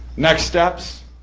next steps,